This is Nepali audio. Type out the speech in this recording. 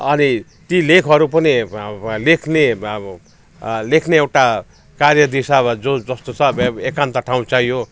अनि ती लेखहरू पनि अनि ती लेखहरू पनि लेख्ने लेख्ने एउटा कार्यदिशा वा जो जस्तो छ बे एकान्त ठाउँ चाहियो